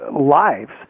lives